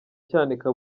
cyanika